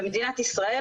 במדינת ישראל,